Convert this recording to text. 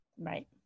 Right